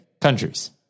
Countries